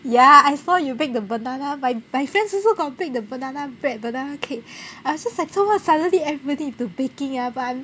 ya I saw you bake the banana my my friends also got bake the banana bread banana cake I also why suddenly everybody into baking ah but I'm